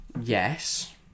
Yes